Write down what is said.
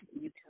YouTube